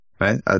right